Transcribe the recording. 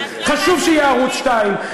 חשוב שיהיה ערוץ 2,